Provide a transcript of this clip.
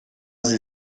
sie